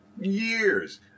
years